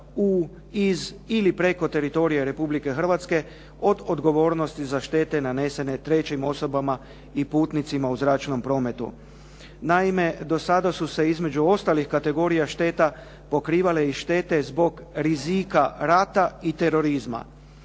u, iz ili preko teritorija Republike Hrvatske od odgovornosti za štete nanesene trećim osobama i putnicima u zračnom prometu. Naime, do sada su se između ostalih kategorija šteta pokrivale i štete zbog rizika rata i terorizma.